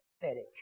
pathetic